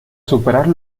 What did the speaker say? superar